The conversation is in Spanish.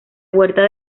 huerta